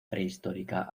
prehistórica